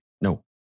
No